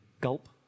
gulp